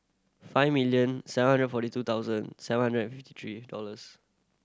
five million seven hundred forty two thousand seven hundred and fifty three dollars